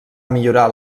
millorar